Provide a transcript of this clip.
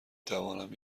توانم